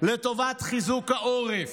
לטובת חיזוק העורף.